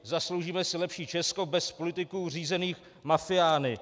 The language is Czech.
Zasloužíme si lepší Česko bez politiků řízených mafiány.